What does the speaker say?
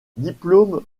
diplôme